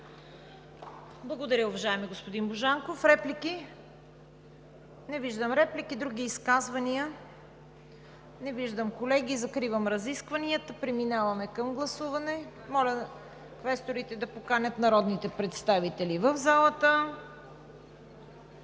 Благодаря Ви, уважаеми господин Божанков. Реплики? Не виждам. Други изказвания? Не виждам. Колеги, закривам разискванията. Преминаваме към гласуване. Моля квесторите да поканят народните представители в залата.